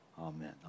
Amen